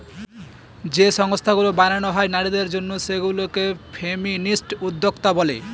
যে সংস্থাগুলো বানানো হয় নারীদের জন্য সেগুলা কে ফেমিনিস্ট উদ্যোক্তা বলে